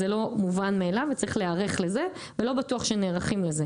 זה לא מובן מאליו וצריך להיערך לזה ולא בטוח שנערכים לזה